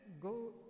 go